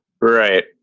Right